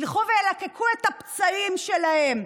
ילכו וילקקו את הפצעים שלהם,